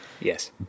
yes